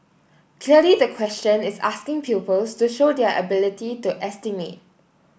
clearly the question is asking pupils to show their ability to estimate